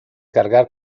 cargar